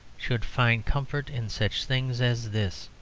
should find comfort in such things as this.